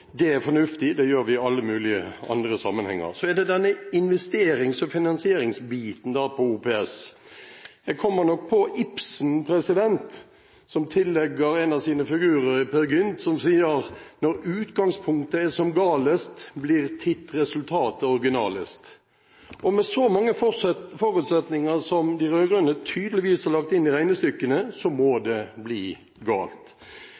Det er fornuftig. Det gjør vi i alle mulige andre sammenhenger. Så er det denne investerings- og finansieringsbiten ved OPS. Jeg kommer på Ibsen, som tillegger en av sine figurer i Peer Gynt et utsagn: «Hvor udgangspunktet er galest, blir tidt resultatet originalest.» Med så mange forutsetninger som de rød-grønne tydeligvis har lagt inn i regnestykkene, må det bli galt.